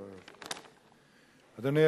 אדוני.